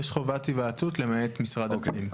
יש חובת היוועצות, למעט משרד הפנים.